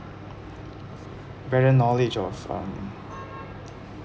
better knowledge of um